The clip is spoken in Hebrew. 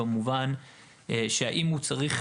במובן שאם הוא צריך,